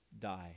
die